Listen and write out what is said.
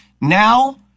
now